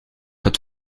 het